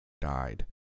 died